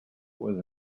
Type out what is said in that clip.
was